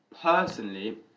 Personally